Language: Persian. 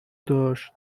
داشت